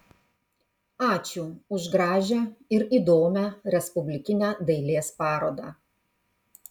ačiū už gražią ir įdomią respublikinę dailės parodą